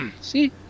See